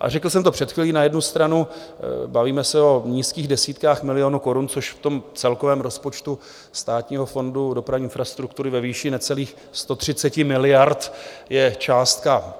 A řekl jsem to před chvílí, na jednu stranu se bavíme o nízkých desítkách milionů korun, což v celkovém rozpočtu Státního fondu dopravní infrastruktury ve výši necelých 130 miliard je částka,